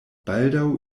baldaŭ